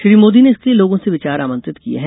श्री मोदी ने इसके लिए लोगों से विचार आमंत्रित किये हैं